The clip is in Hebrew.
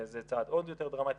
וזה צעד עוד יותר דרמטי,